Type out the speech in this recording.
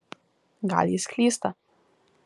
gal jis klysta